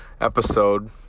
episode